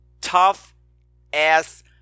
tough-ass